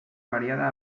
variada